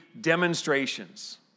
demonstrations